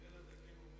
אומר: אם אני כאן